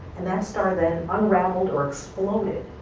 and that star then unraveled or exploded,